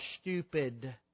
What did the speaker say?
stupid